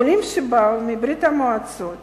עולים שבאו מברית-המועצות